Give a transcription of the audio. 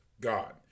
God